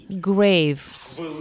graves